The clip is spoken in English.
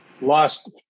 lost